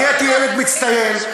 נהייתי ילד מצטיין,